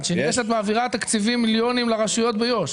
היא בעד חברון, בעד רשויות ביו"ש.